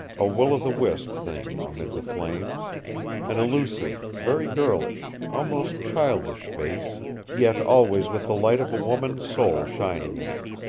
a will-o-the-wisp thing amid the flames an illusive, very girlish, almost childish face yet always with the light of a woman's soul shining in it.